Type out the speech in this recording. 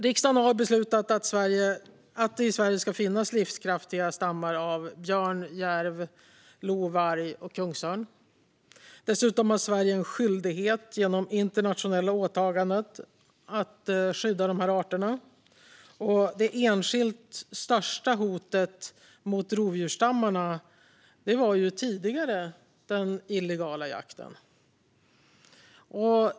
Riksdagen har beslutat att det i Sverige ska finnas livskraftiga stammar av björn, järv, lo, varg och kungsörn. Dessutom har Sverige en skyldighet genom internationella åtaganden att skydda dessa arter. Det enskilt största hotet mot rovdjursstammarna var tidigare den illegala jakten.